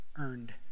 earned